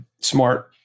smart